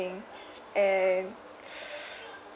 ~ing and